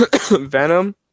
Venom